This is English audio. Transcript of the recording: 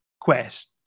quest